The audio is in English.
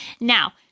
now